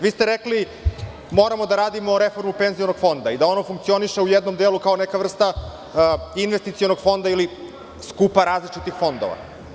Vi ste rekli da moramo da radimo reformu penzionog fonda i da ono funkcioniše u jednom delu kao neka vrsta investicionog fonda ili skupa različitih fondova.